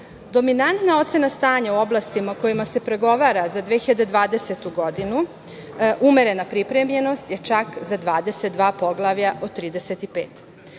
napredak“.Dominantna ocena stanja u oblastima u kojima se pregovara za 2020. godinu „umerena pripremljenost“ je čak za 22 poglavlja od 35.